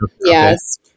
Yes